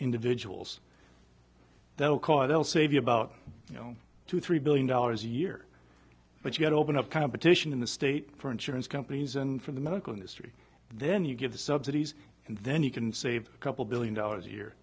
individuals though cause they'll save you about you know two three billion dollars a year but you open up competition in the state for insurance companies and for the medical industry then you get the subsidies then you can save a couple billion dollars a year